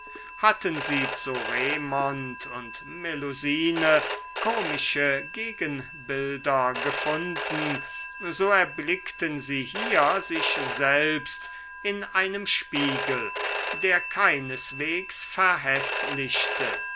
hatten sie zu raymond und melusine komische gegenbilder gefunden so erblickten sie hier sich selbst in einem spiegel der keineswegs